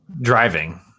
driving